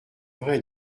vrai